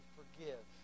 forgive